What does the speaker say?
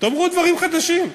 תאמרו דברים חדשים.